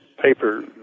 paper